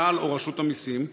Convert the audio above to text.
צה"ל או רשות המסים,